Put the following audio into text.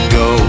go